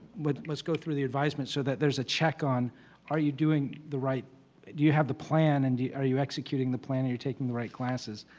but let's go through the advisement so that there's a check on are you doing the right do you have the plan and do you are you executing the plan, are you taking the right classes?